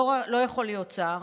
לא יכול להיות שר?